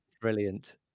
Brilliant